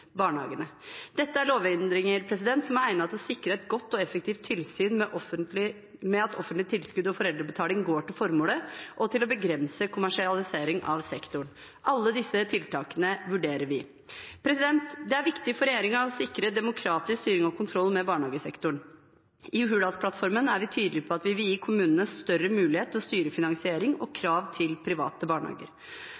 barnehagene. Dette er lovendringer som er egnet til å sikre et godt og effektivt tilsyn med at offentlig tilskudd og foreldrebetaling går til formålet, og til å begrense kommersialisering av sektoren. Alle disse tiltakene vurderer vi. Det er viktig for regjeringen å sikre demokratisk styring og kontroll med barnehagesektoren. I Hurdalsplattformen er vi tydelige på at vi vil gi kommunene større mulighet til å styre finansiering og